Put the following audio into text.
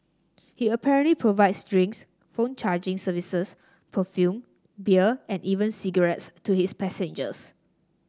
he apparently provides drinks phone charging services perfume beer and even cigarettes to his passengers